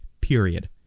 period